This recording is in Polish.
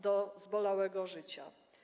Do zbolałego życia”